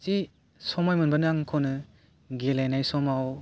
जि समाय मोनबानो आं खनो गेलेनाय समाव